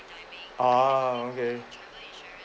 ah okay